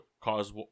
cause